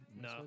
no